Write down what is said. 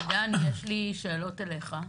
עידן, יש לי שאלות אליך.